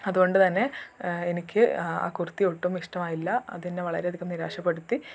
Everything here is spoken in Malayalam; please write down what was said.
അതുകൊണ്ട് തന്നെ എനിക്ക് ആ കുർത്തി ഒട്ടും ഇഷ്ടമായില്ല അതെന്നെ വളരെ അധികം നിരാശപ്പെടുത്തി